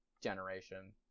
generation